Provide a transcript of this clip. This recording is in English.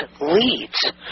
leads